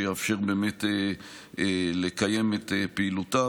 שיאפשר באמת לקיים את פעילותה.